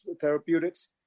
therapeutics